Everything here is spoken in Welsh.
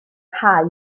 rhai